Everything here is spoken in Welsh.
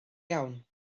iawn